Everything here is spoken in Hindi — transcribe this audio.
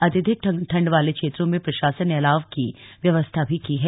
अत्यधिक ठंड वाले क्षेत्रों में प्रशासन ने अलाव की व्यवस्था भी की है